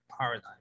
paradigm